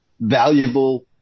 valuable